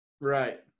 Right